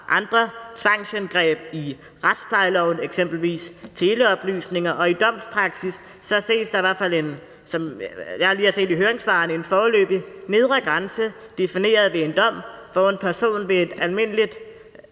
andre tvangsindgreb i retsplejeloven, eksempelvis teleoplysninger, og i domspraksis ses der i hvert fald, som jeg lige har set i høringssvarene, en foreløbig nedre grænse defineret ved en dom, hvor en person ved et almindeligt